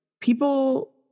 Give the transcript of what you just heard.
people